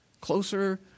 closer